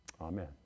amen